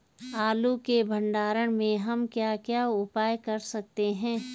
आलू के भंडारण में हम क्या क्या उपाय कर सकते हैं?